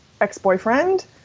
ex-boyfriend